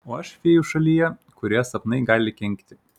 o aš fėjų šalyje kurioje sapnai gali kenkti